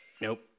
Nope